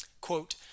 Quote